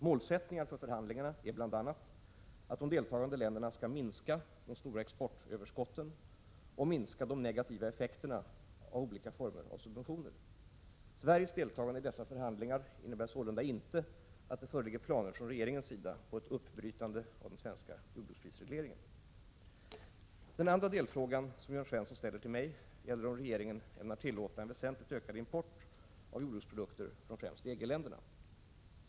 Målsättningar för förhandlingarna är bl.a. att de deltagande länderna skall minska de stora exportöverskotten och minska de negativa effekterna av olika former av subventioner. - Sveriges deltagande i dessa förhandlingar innebär sålunda inte att det föreligger planer från regeringens sida på ett ”uppbrytande av den svenska jordbruksprisregleringen”. Den andra delfrågan som Jörn Svensson ställer till mig gäller om regeringen ämnar tillåta en väsentligt ökad import av jordbruksprodukter från främst EG-länderna.